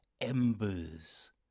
embers